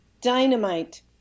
dynamite